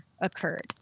occurred